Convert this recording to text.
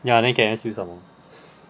ya then I can S_U some more